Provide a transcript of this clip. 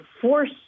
force